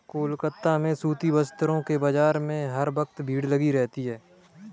कोलकाता में सूती वस्त्रों के बाजार में हर वक्त भीड़ लगी रहती है